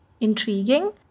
intriguing